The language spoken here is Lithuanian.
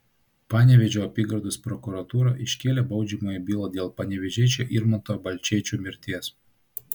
panevėžio apygardos prokuratūra iškėlė baudžiamąją bylą dėl panevėžiečio irmanto balčėčio mirties